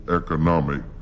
economic